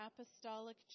apostolic